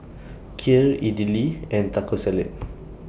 Kheer Idili and Taco Salad